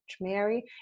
Mary